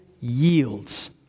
yields